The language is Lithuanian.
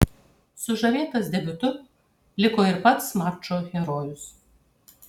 sužavėtas debiutu liko ir pats mačo herojus